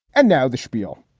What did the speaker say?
and now the schpiel,